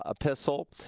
epistle